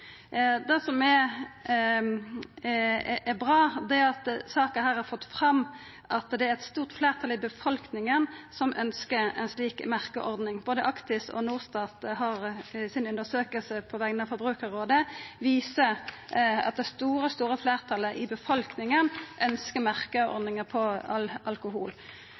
Det som er bra, er at denne saka har fått fram at det er eit stort fleirtal i befolkninga som ønskjer ei slik merkeordning. Både Actis si undersøking og Norstats undersøking på vegner av Forbrukarrådet viser at det store fleirtalet i befolkninga ønskjer merkeordning på all alkohol.